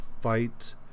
fight